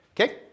okay